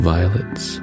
Violets